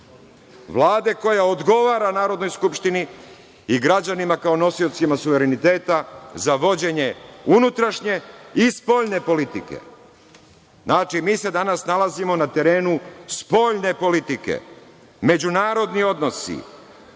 Vlade koja odgovara Narodnoj skupštini i građanima kao nosiocima suvereniteta za vođenje unutrašnje i spoljne politike. Znači, mi se danas nalazimo na terenu spoljne politike: međunarodni odnosi,